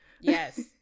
Yes